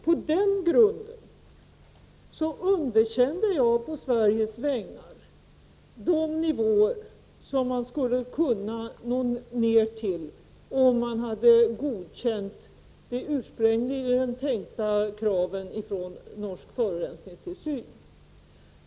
På den grunden underkände jag på Sveriges vägnar de nivåer som man skulle kunna nå ned till, om man hade godkänt det ursprungligen tänkta kravet från norsk forurensningstilsyn.